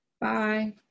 Bye